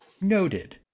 noted